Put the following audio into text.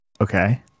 Okay